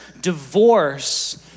divorce